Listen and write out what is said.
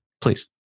please